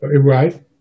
Right